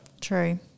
True